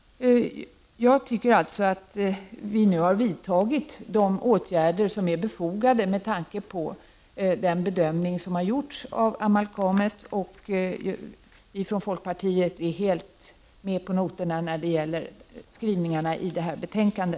Jag anser alltså att de åtgärder som är befogade har vidtagits med tanke på den bedömning som har gjorts av amalgamet. Och vi från folkpartiet är helt med på noterna när det gäller skrivningarna i detta betänkande.